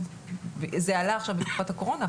זה עלה עכשיו בתקופת הקורונה,